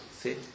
See